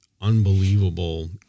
unbelievable